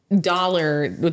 dollar